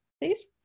please